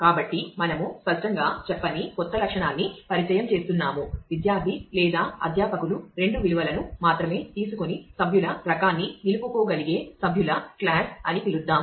కాబట్టి మనము స్పష్టంగా చెప్పని కొత్త లక్షణాన్ని పరిచయం చేస్తున్నాము విద్యార్థి లేదా అధ్యాపకులు రెండు విలువలను మాత్రమే తీసుకొని సభ్యుల రకాన్ని నిలుపుకోగలిగే సభ్యుల క్లాస్ అని పిలుద్దాం